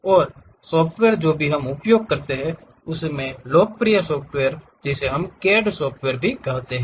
और सॉफ्टवेयर जो भी हम उपयोग करते हैं उसे लोकप्रिय रूप से CAD सॉफ्टवेयर कहा जाता है